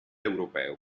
europeo